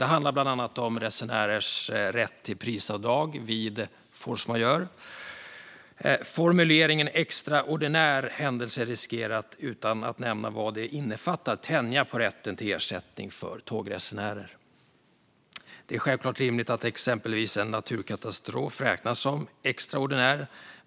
Det handlar bland annat om resenärers rätt till prisavdrag vid force majeure. Formuleringen "extraordinär händelse" - utan att nämna vad det innefattar - riskerar att tänja på rätten till ersättning för tågresenärer. Det är självklart rimligt att exempelvis en naturkatastrof räknas som en extraordinär händelse.